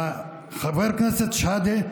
חבר הכנסת שחאדה,